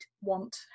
want